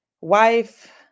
wife